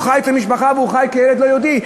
הוא חי אצל משפחה, והוא חי כילד לא יהודי.